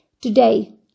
today